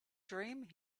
dream